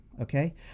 Okay